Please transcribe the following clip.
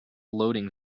loading